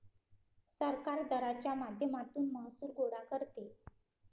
सरकार दराच्या माध्यमातून महसूल गोळा करते